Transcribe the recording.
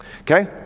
Okay